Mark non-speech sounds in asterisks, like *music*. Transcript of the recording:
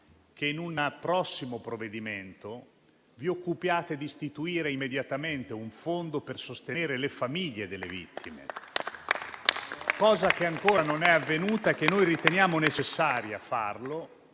che in un prossimo provvedimento vi occupiate di istituire immediatamente un fondo per sostenere le famiglie delle vittime, *applause* cosa che ancora non è avvenuta. Riteniamo necessaria questa